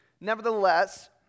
Nevertheless